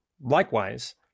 Likewise